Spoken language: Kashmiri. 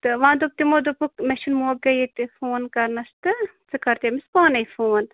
تہٕ وۄنۍ دوٚپ تِمو دوٚپکھ مےٚ چھُنہٕ موقعے ییٚتہِ فون کَرنَس تہٕ ژٕ کَرٕ تٔمِس پانَے فون